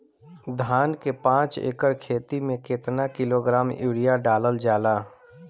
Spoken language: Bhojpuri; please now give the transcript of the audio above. धान के पाँच एकड़ खेती में केतना किलोग्राम यूरिया डालल जाला?